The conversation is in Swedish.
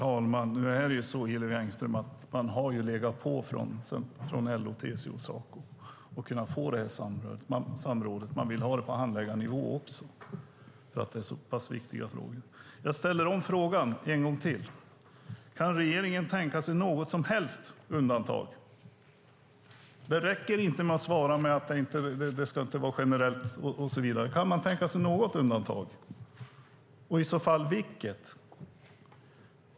Herr talman! Man har ju legat på från LO, TCO och Saco för att få det här samrådet. Man vill ha det på handläggarnivå också. Jag ställer om frågan: Kan regeringen tänka sig något som helst undantag? Det räcker inte med att svara att det inte ska vara generellt. Kan man tänka sig något undantag och i så fall vilket?